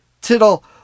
Tittle